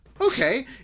Okay